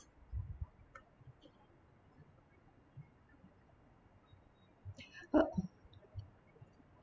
uh